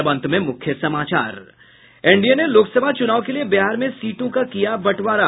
और अब अंत में मुख्य समाचार एनडीए ने लोकसभा चुनाव के लिए बिहार में सीटों का किया बंटवारा